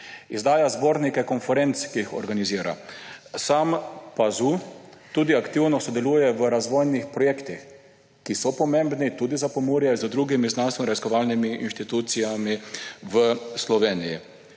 Izdaja zbornike konferenc, ki jih organizira. Sam PAZU tudi aktivno sodeluje v razvojnih projektih, ki so pomembni tudi za Pomurje, z drugimi znanstvenoraziskovalnimi institucijami v Sloveniji.